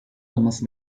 olması